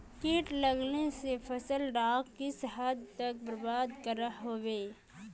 किट लगाले से फसल डाक किस हद तक बर्बाद करो होबे?